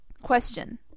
Question